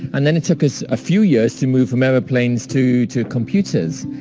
and, then it took us a few years to move from aeroplanes to to computers.